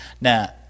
Now